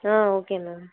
ah okay ma'am